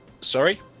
Sorry